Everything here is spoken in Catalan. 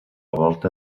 volta